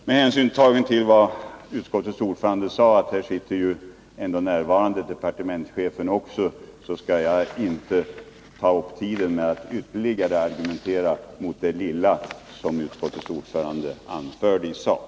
Med hänsyn tagen till att — som utskottets ordförande sade — departementschefen ändå sitter här närvarande skall jag inte ta upp tiden med att ytterligare argumentera mot det lilla som utskottets ordförande anförde i sak.